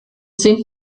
sind